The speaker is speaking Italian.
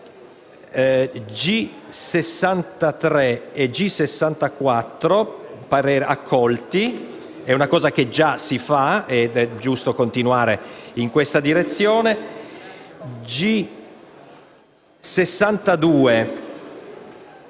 G63 e G64 il parere è favorevole: è una cosa che già si fa ed è giusto continuare in questa direzione.